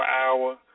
Hour